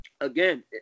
again